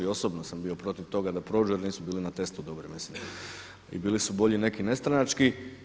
Osobno sam bio protiv toga da prođu jer nisu bili na testu dobri i bili su bolji neki nestranački.